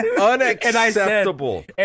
Unacceptable